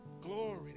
Glory